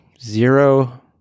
zero